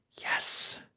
Yes